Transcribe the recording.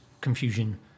confusion